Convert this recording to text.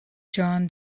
john